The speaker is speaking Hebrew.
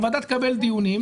הוועדה תקבל דיונים,